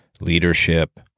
leadership